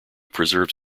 preserves